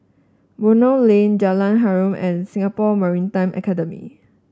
Buroh Lane Jalan Harum and Singapore Maritime Academy